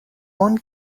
اون